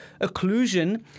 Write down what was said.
occlusion